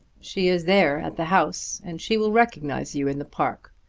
she is there at the house, and she will recognise you in the park.